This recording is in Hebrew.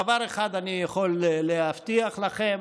דבר אחד אני יכול להבטיח לכם,